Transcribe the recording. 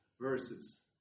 verses